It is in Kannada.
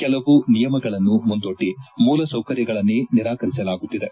ಕೆಲವು ನಿಯಮಗಳನ್ನು ಮುಂದೊಡ್ಡಿ ಮೂಲಸೌಕರ್ಯಗಳನ್ನೇ ನಿರಾಕರಿಸಲಾಗುತ್ತಿದೆ